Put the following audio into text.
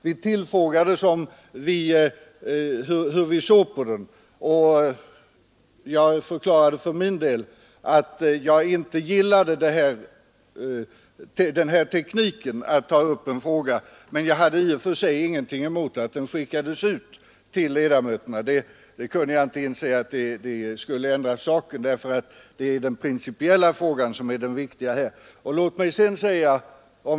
Vi tillfrågades om vår uppfattning. Jag för min del förklarade, att jag inte gillade denna teknik att ta upp en fråga. Men jag sade att jag i och för sig inte hade någonting emot att denna PM skickades ut till ledamöterna. Jag kunde inte inse att det skulle förändra saken. Det är den principiella frågan som är viktig.